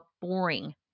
boring